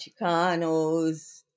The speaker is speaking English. Chicanos